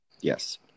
Yes